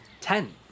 Ten